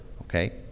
Okay